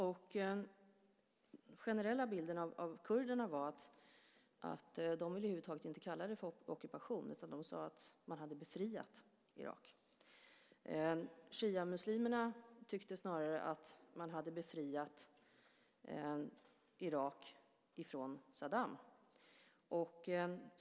Den generella bilden av kurderna var att de över huvud taget inte ville kalla det för ockupation, utan de sade att man hade befriat Irak. Shiamuslimerna tyckte snarare att man hade befriat Irak från Saddam.